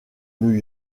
new